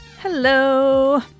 Hello